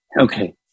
Okay